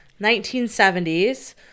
1970s